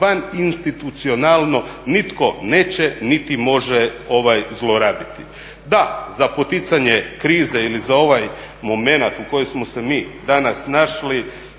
van institucionalno nitko neće niti može zlorabiti. Da, za poticanje krize ili za ovaj momenat u kojem smo se mi danas našli,